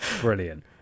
brilliant